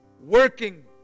working